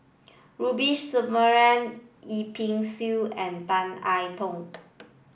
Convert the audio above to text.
Rubiah Yip Pin Xiu and Tan I Tong